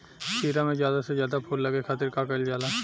खीरा मे ज्यादा से ज्यादा फूल लगे खातीर का कईल जाला?